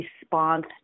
response